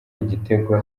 igitego